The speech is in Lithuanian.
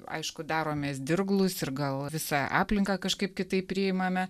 aišku daromės dirglūs ir gal visą aplinką kažkaip kitaip priimame